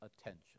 attention